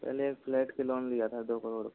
पहले एक फ्लैट पर लोन लिया था दो करोड़ का